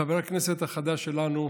חבר הכנסת החדש שלנו,